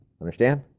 understand